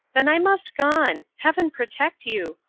then i must gone. heaven protect you.